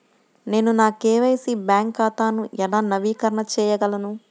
నేను నా KYC bank ఖాతాను ఎలా నవీకరణ చేయగలను?